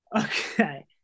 okay